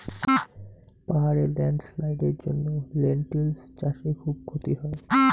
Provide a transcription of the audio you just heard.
পাহাড়ে ল্যান্ডস্লাইডস্ এর জন্য লেনটিল্স চাষে খুব ক্ষতি হয়